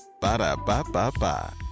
Ba-da-ba-ba-ba